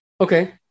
Okay